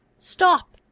stop!